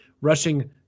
rushing